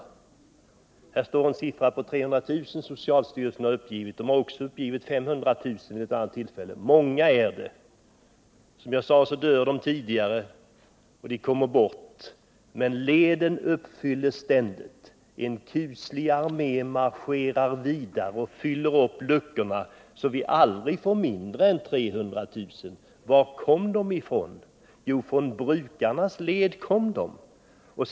Socialstyrelsen har uppgivit en siffra på 300 000. Man har också vid ett annat tillfälle uppgivit siffran 500 000. Många är det! Som jag sade dör de i förtid, och de kommer bort. Men leden uppfylls ständigt. En kuslig armé marscherar vidare och fyller upp luckorna, så att vi aldrig får mindre än 300 000. Var kommer de ifrån? Jo, från brukarnas led kommer de.